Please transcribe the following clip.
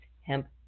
hemp